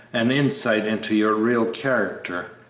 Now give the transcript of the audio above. an insight into your real character.